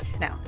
No